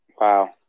Wow